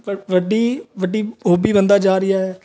ਵ ਵੱਡੀ ਵੱਡੀ ਹੋਬੀ ਬਣਦਾ ਜਾ ਰਿਹਾ ਹੈ